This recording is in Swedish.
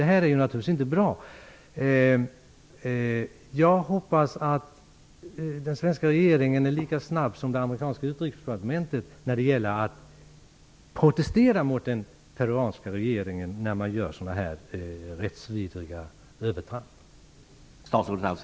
Det är naturligtvis inte bra. Jag hoppas att den svenska regeringen är lika snabb som det amerikanska utrikesdepartementet när det gäller att rikta en protest till den peruanska regeringen att sådana här rättsvidriga övertramp görs.